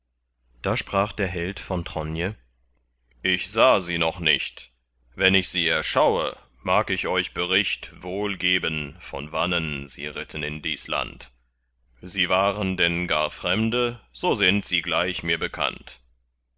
da sprach der held von tronje ich sah sie noch nicht wenn ich sie erschaue mag ich euch bericht wohl geben von wannen sie ritten in dies land sie waren denn gar fremde so sind sie gleich mir bekannt